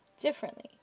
differently